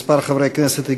מס' 4, 5 ו-31.